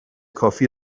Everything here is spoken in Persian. کافی